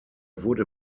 wurde